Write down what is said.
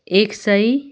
एक सय